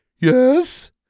yes